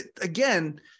again